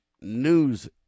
news